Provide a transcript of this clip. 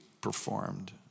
performed